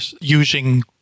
using